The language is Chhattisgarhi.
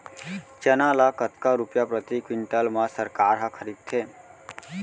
चना ल कतका रुपिया प्रति क्विंटल म सरकार ह खरीदथे?